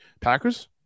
Packers